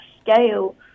scale